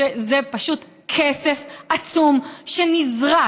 שזה פשוט כסף עצום שנזרק,